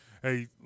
Hey